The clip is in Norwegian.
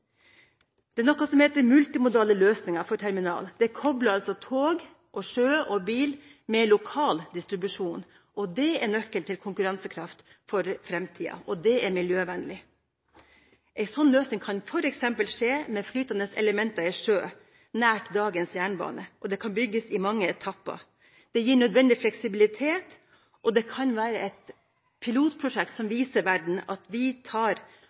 Det er noe som heter multimodale løsninger for terminal. Det kobler tog, sjø og bil med lokal distribusjon. Det er nøkkelen til konkurransekraft for framtiden, og det er miljøvennlig. En slik løsning kan f.eks. skje med flytende elementer i sjø, nær dagens jernbane, og det kan bygges i mange etapper. Det gir nødvendig fleksibilitet, og det kan være et pilotprosjekt som viser verden at vi tar